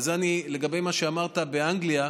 וזה לגבי מה שאמרת באנגליה,